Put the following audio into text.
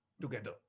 together